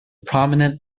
prominent